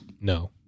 No